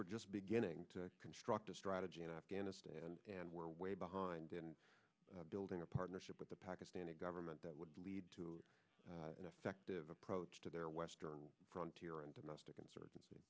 we're just beginning to construct a strategy in afghanistan and we're way behind in building a partnership with the pakistani government that would lead to an effective approach to their western frontier and domestic insurgency